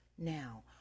Now